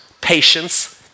patience